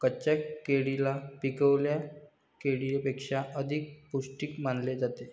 कच्च्या केळीला पिकलेल्या केळीपेक्षा अधिक पोस्टिक मानले जाते